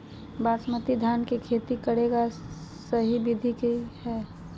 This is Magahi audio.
बासमती धान के खेती करेगा सही विधि की हय?